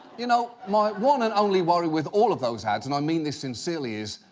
you know, my one and only worry with all of those ads, and i mean this sincerely, is,